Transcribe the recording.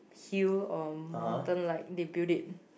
hill or mountain like they built it